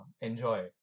enjoy